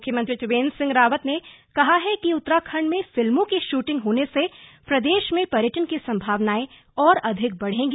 पर्यटन मुख्यमंत्री त्रिवेन्द्र सिंह रावत ने कहा है कि उत्तराखंड में फिल्मों की शूटिंग होने से प्रदेश में पर्यटन की संभावनाएं और अधिक बढ़ेंगी